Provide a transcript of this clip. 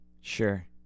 Sure